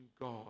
God